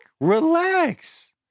Relax